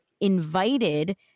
invited